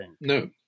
No